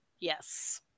yes